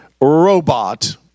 robot